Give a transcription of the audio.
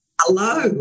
Hello